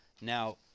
Now